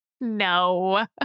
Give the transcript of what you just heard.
No